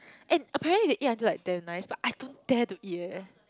and apparently they eat until like damn nice but I don't dare to eat eh